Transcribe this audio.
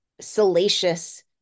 salacious